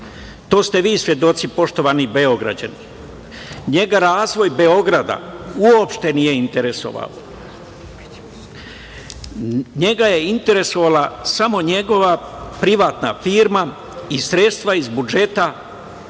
To ste vi svedoci poštovani Beograđani. Njega razvoj Beograda uopšte nije interesovao. Njega je interesovala samo njegova privatna firma i sredstva iz budžeta grada